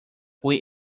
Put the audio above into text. fue